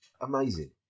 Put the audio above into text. amazing